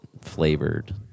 flavored